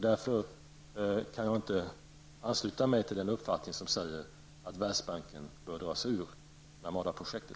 Därför kan jag inte ansluta mig till den uppfattning som säger att Världsbanken bör dra sig ur Narmada-projektet.